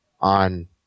on